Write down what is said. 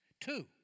Two